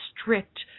strict